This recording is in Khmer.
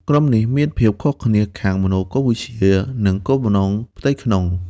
ក្រុមនេះមានភាពខុសគ្នាខាងមនោគមវិជ្ជា និងគោលបំណងផ្ទៃក្នុង។